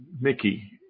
Mickey